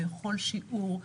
בכל שיעור,